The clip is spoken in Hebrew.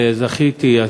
וזכיתי,